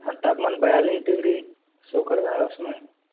हाँ तापमान बयालिस डिग्री शो कर रहा है उसमें